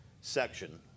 section